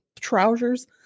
trousers